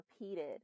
repeated